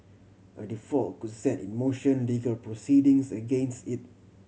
a default could set in motion legal proceedings against it